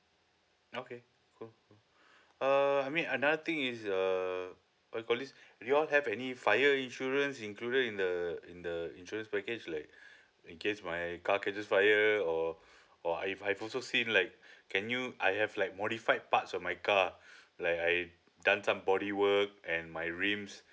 okay cool uh I mean another thing is uh what we call this you all have any fire insurance included in the in the insurance package like in case my car can just fire or or I've I've also seen like can you I have like modified parts of my car like I done some body work and my rims